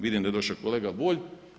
Vidim da je došao kolega Bulj.